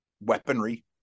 weaponry